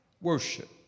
worship